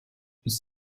ist